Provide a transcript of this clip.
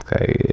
Okay